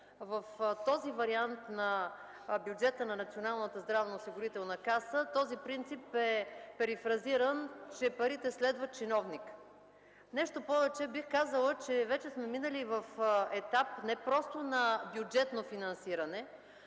В този вариант на бюджета на Националната здравноосигурителна каса този принцип е перифразиран, че парите следват чиновника. Нещо повече, бих казала, че вече сме минали на етап не просто на бюджетно финансиране,